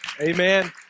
Amen